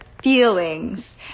feelings